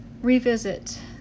revisit